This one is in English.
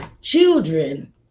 children